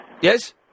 Yes